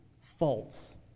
false